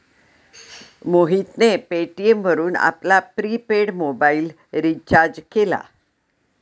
मोहितने पेटीएम वरून आपला प्रिपेड मोबाइल रिचार्ज केला